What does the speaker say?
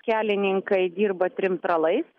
kelininkai dirba trim tralais